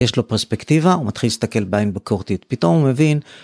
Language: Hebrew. יש לו פרספקטיבה הוא מתחיל להסתכל בהם בקורטית פתאום מבין.